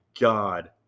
God